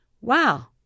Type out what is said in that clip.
Wow